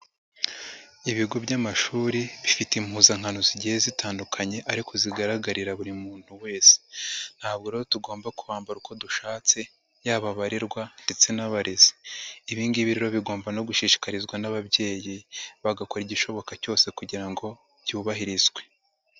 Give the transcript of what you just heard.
Ibigo by'amashuri bifite impuzankano zigiye zitandukanye ariko zigaragarira buri muntu wese. Ntabwo rero tugomba kwambara uko dushatse yaba abarerwa ndetse n'abarezi. Ibigibi rero bigomba no gushishikarizwa n'ababyeyi bagakora igishoboka cyose kugira ngo byubahirizwe.